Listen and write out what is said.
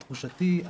ולתחושתי,